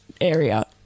area